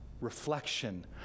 reflection